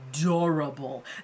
adorable